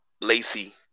Lacey